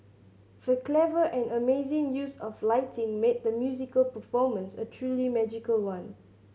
the clever and amazing use of lighting made the musical performance a truly magical one